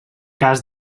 cas